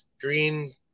green